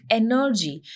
energy